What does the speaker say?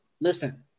listen